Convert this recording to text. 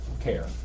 care